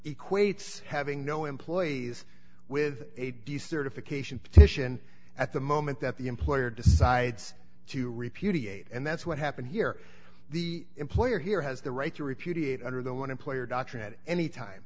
equates having no employees with a decertification petition at the moment that the employer decides to repudiate and that's what happened here the employer here has the right to repudiate under the one employer doctrine at any time